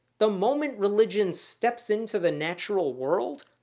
the moment religion steps into the natural world,